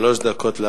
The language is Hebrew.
שלוש דקות לאדוני.